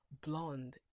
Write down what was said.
blonde